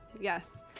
Yes